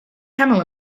camel